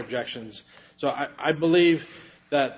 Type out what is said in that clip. objections so i believe that